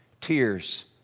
tears